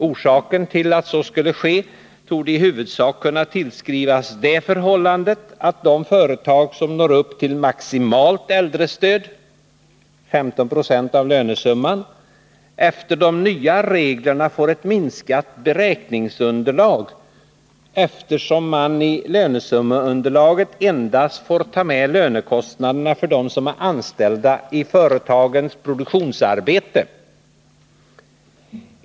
Orsaken till denna minskning torde i huvudsak kunna tillskrivas det förhållandet att de företag som uppfyller kraven för maximalt äldrestöd — 15 90 av lönesumman -— i enlighet med de nya reglerna får ett minskat beräkningsunderlag, eftersom man i lönesummeunderlaget endast får ta med lönekostnaderna för dem som är anställda i företagens produktionsarbete.